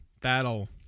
that'll